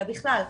אלא בכלל,